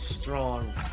strong